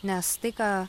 nes tai ką